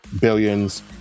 billions